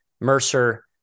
Mercer